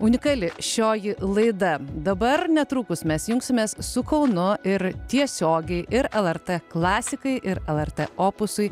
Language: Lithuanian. unikali šioji laida dabar netrukus mes jungsimės su kaunu ir tiesiogiai ir lrt klasikai ir lrt opusui